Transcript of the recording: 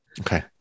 Okay